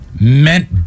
meant